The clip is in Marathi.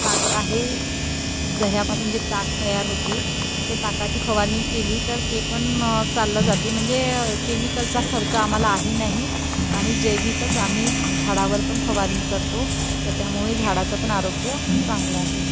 ताक आहे दह्यापासून जे ताक तयार होते ते ताकाची फवारणी केली तर ते पण चाललं जाते म्हणजे केमिकलचा खर्च आम्हाला आहे नाही आणि जैविकच आम्ही झाडावर पण फवारणी करतो त्याच्यामुळे झाडाचं पण आरोग्य चांगलं आहे